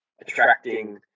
attracting